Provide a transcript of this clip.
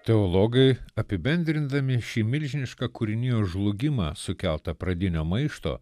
teologai apibendrindami šį milžinišką kūrinijos žlugimą sukeltą pradinio maišto